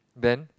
then